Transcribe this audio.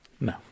No